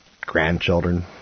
grandchildren